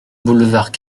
boulevard